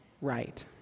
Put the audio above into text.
right